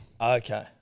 Okay